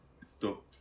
stop